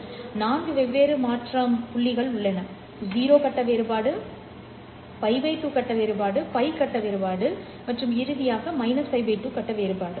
எனக்கு 4 வெவ்வேறு மாற்றம் புள்ளிகள் உள்ளன இது 0 கட்ட வேறுபாடு π 2 கட்ட வேறுபாடு π கட்ட வேறுபாடு மற்றும் இறுதியாக எனக்கு உள்ளது π 2 கட்ட வேறுபாடு